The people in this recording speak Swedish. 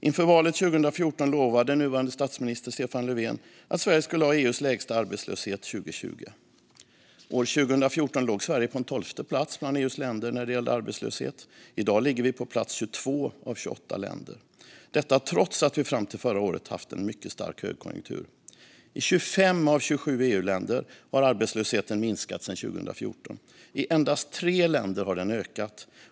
Inför valet 2014 lovade nuvarande statsminister Stefan Löfven att Sverige skulle ha EU:s lägsta arbetslöshet 2020. År 2014 låg Sverige på tolfte plats bland EU:s länder när det gäller arbetslöshet. I dag ligger vi på plats 22 av 28 länder, detta trots att vi fram till förra året haft en mycket stark högkonjunktur. I 25 av 27 EU-länder har arbetslösheten minskat sedan 2014. I endast tre länder har den ökat.